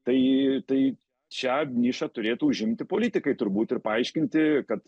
tai tai šią nišą turėtų užimti politikai turbūt ir paaiškinti kad